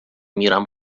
میرم